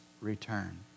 return